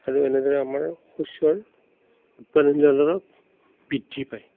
আৰু এনেদৰে আমাৰ শস্যৰ উৎপাদনশীলতা বৃদ্ধি পায়